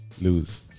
Lose